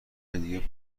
دیگه